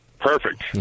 Perfect